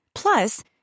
Plus